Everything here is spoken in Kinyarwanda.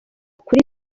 kuri